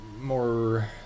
more